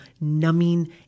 numbing